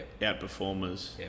outperformers